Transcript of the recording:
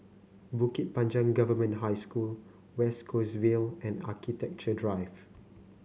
Bukit Panjang Government High School West Coast Vale and Architecture Drive